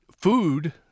food